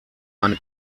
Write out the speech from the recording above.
eine